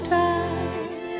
time